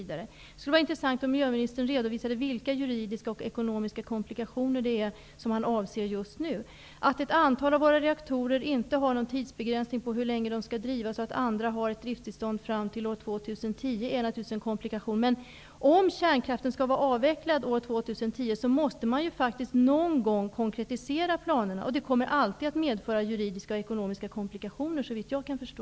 Det skulle vara intressant om miljöministern redovisade vilka juridiska och ekonomiska komplikationer som han avser just nu. Att ett antal av våra reaktorer inte har någon tidsbegränsning, när det gäller hur länge de skall drivas, och att andra har ett driftstillstånd fram till år 2010 är naturligtvis en komplikation, men om kärnkraften skall vara avvecklad år 2010 måste man någon gång konkretisera planerna. Det kommer alltid att medföra juridiska och ekonomiska komplikationer, såvitt jag kan förstå.